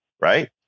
right